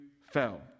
fell